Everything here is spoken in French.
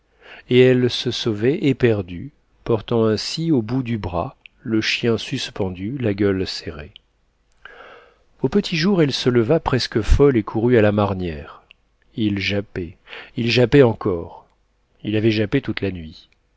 et elle se sauvait éperdue portant ainsi au bout du bras le chien suspendu la gueule serrée au petit jour elle se leva presque folle et courut à la marnière il jappait il jappait encore il avait jappé toute la nuit